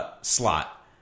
slot